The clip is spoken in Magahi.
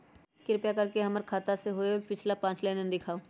कृपा कर के हमर खाता से होयल पिछला पांच लेनदेन दिखाउ